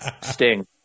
Sting